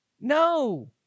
No